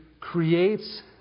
creates